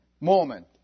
moment